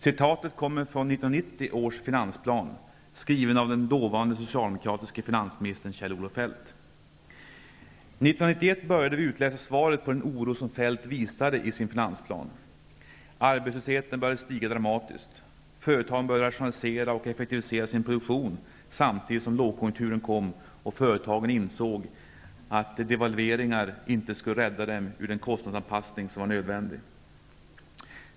Citatet kommer från 1990 års finansplan, skriven av den dåvarande socialdemokratiske finansministern 1991 började vi utläsa svaret på den oro som Feldt visade i sin finansplan. Arbetslösheten började stiga dramatiskt. Företagen började rationalisera och effektivisera sin produktion, samtidigt som lågkonjunkturen kom och företagen insåg att devalveringar inte skulle rädda dem ur den kostnadsanpassning som var nödvändig.